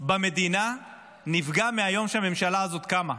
במדינה נפגע מהיום שהממשלה הזאת קמה.